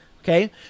okay